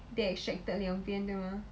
they extracted 两边对吗